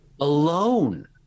alone